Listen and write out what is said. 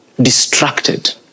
distracted